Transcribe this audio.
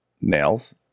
nails